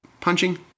Punching